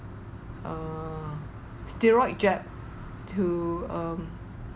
err steroid jab to um